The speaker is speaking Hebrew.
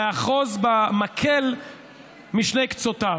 לאחוז במקל בשני קצותיו.